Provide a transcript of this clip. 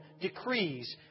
decrees